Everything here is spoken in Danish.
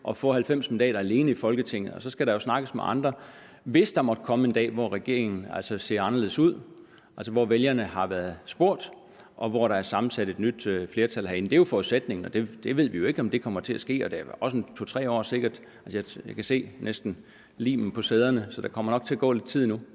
at få 90 mandater alene i Folketinget, og så skal der jo snakkes med andre, hvis der måtte komme en dag, hvor regeringen ser anderledes ud, altså hvor vælgerne er blevet spurgt, og hvor der er sammensat et nyt flertal herinde. Det er jo forudsætningen, og vi ved jo ikke, om det kommer til at ske, og der er sikkert også 2-3 år til et valg. Jeg kan næsten se limen på taburetterne, så der kommer nok til at gå lidt tid endnu.